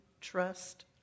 trust